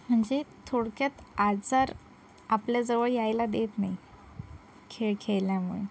म्हणजे थोडक्यात आजार आपल्याजवळ यायला देत नाही खेळ खेळल्यामुळे